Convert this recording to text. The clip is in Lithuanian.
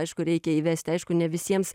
aišku reikia įvesti aišku ne visiems